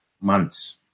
months